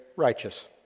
Righteous